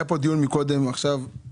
היה פה דיון מקודם על השום.